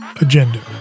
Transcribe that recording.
agenda